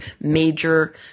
major